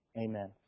Amen